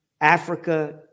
Africa